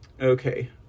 Okay